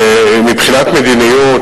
מבחינת מדיניות,